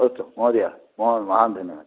अस्तु महोदय महान् महान् धन्यवादः